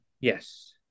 Yes